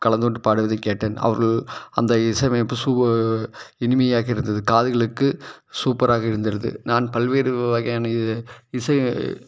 கலந்து கொண்டு பாடுவதைக் கேட்டேன் அவர்கள் அந்த இசை அமைப்பு சுக இனிமையாக இருந்தது காதுகளுக்கு சூப்பராக இருந்தது நான் பல்வேறு வகையான இது இசை